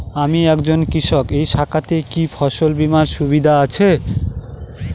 আমি একজন কৃষক এই শাখাতে কি ফসল বীমার সুবিধা আছে?